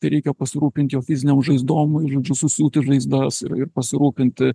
tai reikia pasirūpint jo fizinėm žaizdom žodžiu susiūti žaizdas ir pasirūpinti